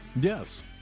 Yes